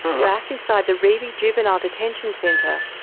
back inside the reiby juvenile detention centre,